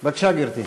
בבקשה, גברתי.